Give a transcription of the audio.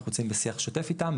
אנחנו נמצאים בשיח שוטף איתם.